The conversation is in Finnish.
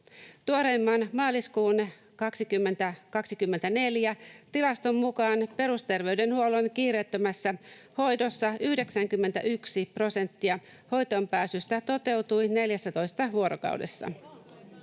Tuoreimman, maaliskuun 2024 tilaston mukaan perusterveydenhuollon kiireettömässä hoidossa 91 prosenttia hoitoonpääsystä toteutui 14 vuorokaudessa.